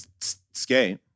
skate